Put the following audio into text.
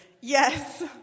Yes